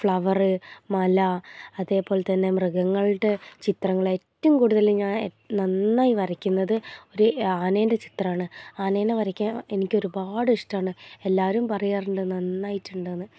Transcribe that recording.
flower മല അതേപോലെത്തന്നെ മൃഗങ്ങളുടെ ചിത്രങ്ങളൾ ഏറ്റവും കൂടുതൽ ഞാൻ നന്നായി വരയ്ക്കുന്നത് ഒരു ആനേൻ്റെ ചിത്രമാണ് ആനേനെ വരയ്ക്കാൻ എനിക്കൊരുപാട് ഇഷ്ടമാണ് എല്ലാവരും പറയാറുണ്ട് നന്നായിട്ടുണ്ട് എന്ന്